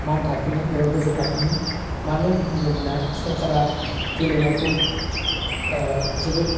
मान थाखोनि एबा गोजौ थाखोनि मानो होनोब्ला सरकारा गेलेनायखौ ओह जोबोद